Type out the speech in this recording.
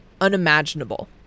unimaginable